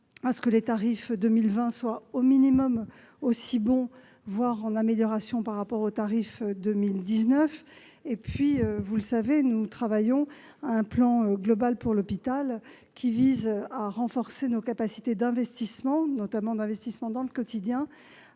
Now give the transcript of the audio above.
pour que les tarifs 2020 soient au minimum aussi bons, voire en amélioration par rapport à ceux qui ont été pratiqués en 2019. Vous le savez, nous travaillons à un plan global pour l'hôpital, qui vise à renforcer nos capacités d'investissement, notamment dans le quotidien